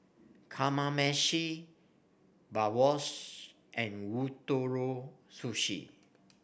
Kamameshi Bratwurst and Ootoro Sushi